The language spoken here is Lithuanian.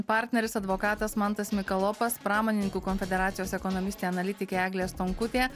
partneris advokatas mantas mikalopas pramonininkų konfederacijos ekonomistė analitikė eglė stonkutė